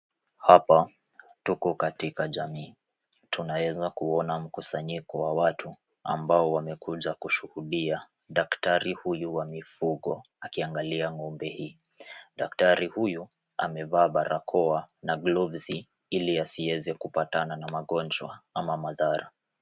Hapa tuko katika jamii. Tunaeza kuona mkusanyiko wa watu ambao wamekuja kushuhudia daktari huyu wa mifugo, akiangalia ng'ombe hii. Daktari huyu amevaa barakoa na glovsi, ili asieze kupatana magonjwa ama madhara.